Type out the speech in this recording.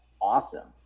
awesome